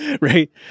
right